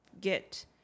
get